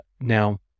Now